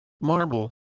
Marble